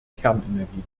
kernenergie